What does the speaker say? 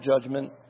judgment